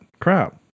Crap